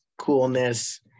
coolness